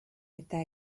eta